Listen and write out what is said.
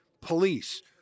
police